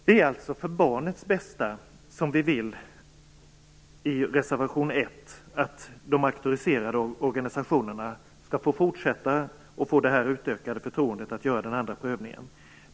Det är alltså för barnets bästa som vi i reservation 1 vill att de auktoriserade organisationerna skall få detta utökade förtroende att göra den andra prövningen.